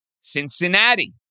Cincinnati